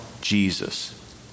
Jesus